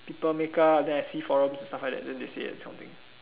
people makeup then I see forums stuff like that then they say